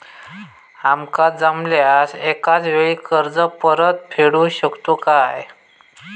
आमका जमल्यास एकाच वेळी कर्ज परत फेडू शकतू काय?